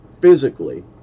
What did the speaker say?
physically